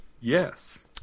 Yes